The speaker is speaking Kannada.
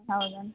ಹೌದಾ